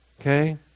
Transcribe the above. Okay